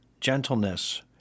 gentleness